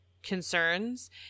Concerns